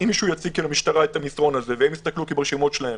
אם מישהו יציג למשטרה את המסרון הזה והם יסתכלו ברשימות שלהם,